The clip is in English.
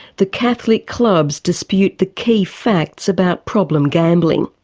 the catholic clubs dispute the key facts about problem gambling.